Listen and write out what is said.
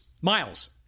Miles